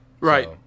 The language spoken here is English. Right